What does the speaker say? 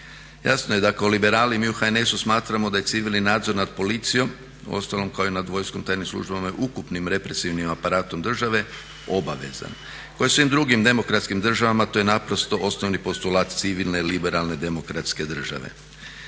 Jasno je da kao Liberali mi u HNS-u smatramo da je civilni nadzor nad policijom, uostalom kao i nad vojskom, tajnim službama i ukupnim represivnim aparatom države obavezan. Kao i u svim drugim demokratskim državama to je naprosto osnovni postulat civilne, liberalne, demokratske države.